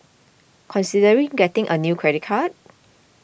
considering getting a new credit card